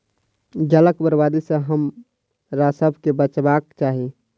जलक बर्बादी सॅ हमरासभ के बचबाक चाही